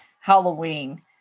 Halloween